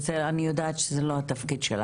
ואני יודעת שזה לא התפקיד שלך,